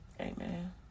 Amen